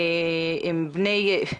מהנתונים,